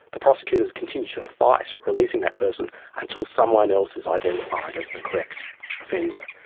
the prosecutors continue to fight releasing that person until someone else is identified as the correct offender.